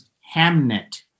Hamnet